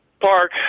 park